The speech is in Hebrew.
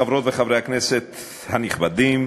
חברות וחברי הכנסת הנכבדים,